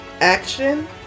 action